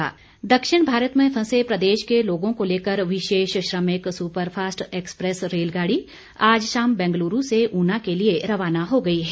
रेलगाड़ी दक्षिण भारत में फंसे प्रदेश के लोगों को लेकर विशेष श्रमिक सुपरफास्ट एक्सप्रेस रेलगाड़ी आज शाम बेंगलूरू से ऊना के लिए रवाना हो गई है